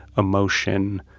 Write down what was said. emotion.